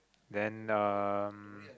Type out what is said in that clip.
then um